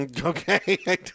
Okay